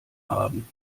haben